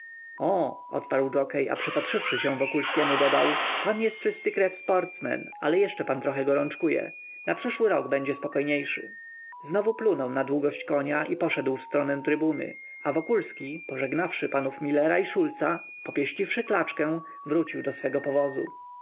och odparł dżokiej a przypatrzywszy się wokulskiemu dodał pan jest czysty krew sportsmen ale jeszcze pan trochu gorączkuje na przyszły rok będzie spokojniejszy znowu plunął na długość konia i poszedł w stronę trybuny a wokulski pożegnawszy panów millera i szulca popieściwszy klaczkę wrócił do swego powozu